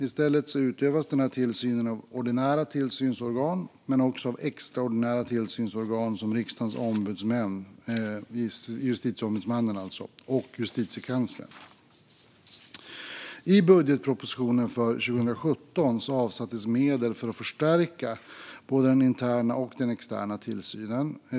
I stället utövas tillsynen av ordinära tillsynsorgan men också av extraordinära tillsynsorgan som Riksdagens ombudsmän, alltså Justitieombudsmannen, och Justitiekanslern. I budgetpropositionen för 2017 avsattes medel för att förstärka både den interna och den externa tillsynen.